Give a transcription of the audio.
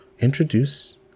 introduce